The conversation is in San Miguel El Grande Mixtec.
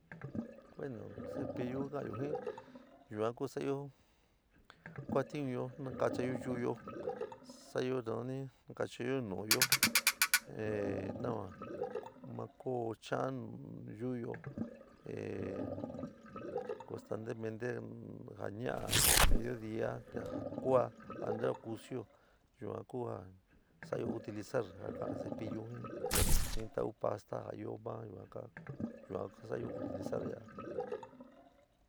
Bueno cepillu ka'anyo jin yuan ku sa'ayo kuatiúnyo nakachayó yu'úyo sa'ayo nanani nakachayo nu'uyo 'eh nava ma koó cha'án yu'uyo ehh costantemente ja ña'a, medio día te ja kua ante ka kusuyó yuan ku a sa'ayo utilizar ja ka'an cepillú jin ji ta'u pasta ja ɨó ma yuan ka sa'ayo utilizar ya'a.